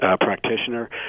practitioner